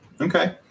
Okay